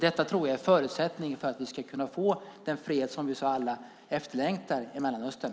Det tror jag är en förutsättning för att det ska bli den fred som vi alla efterlängtar i Mellanöstern.